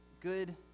good